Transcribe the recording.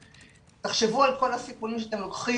תחשבו על כל הסיכונים שאתם לוקחים